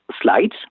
slides